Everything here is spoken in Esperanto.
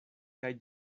kaj